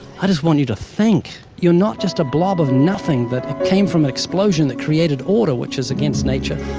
i just want you to think. you're not just a blob of nothing that came from an explosion which created order, which is against nature.